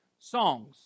songs